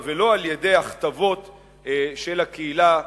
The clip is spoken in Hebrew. ולא על-ידי הכתבות של הקהילה הבין-לאומית,